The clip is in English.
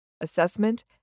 assessment